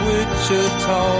Wichita